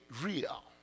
real